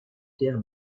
pierre